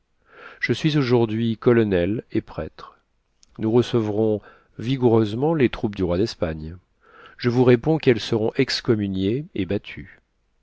je suis aujourd'hui colonel et prêtre nous recevrons vigoureusement les troupes du roi d'espagne je vous réponds qu'elles seront excommuniées et battues